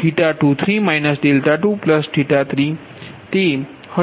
પછીsin23 23 હશે